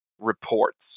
reports